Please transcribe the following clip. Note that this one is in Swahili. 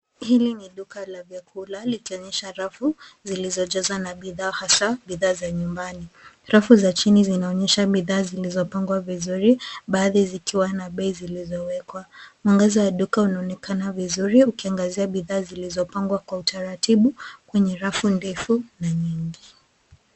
Hili ni duka la vyakula likionyesha rafu zilizojazwa na bidhaa hasa bidhaa za nyumbani. Rafu za chini zinaonyesha bidhaa zilizopangwa vizuri. Baadhi zikiwa na bei zilizowekwa. Mwangaza wa duka unaonekana vizuri ukiangazia bidhaa zilizopangwa kwa utaratibu kwenye rafu ndefu na nyingi.